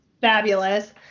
fabulous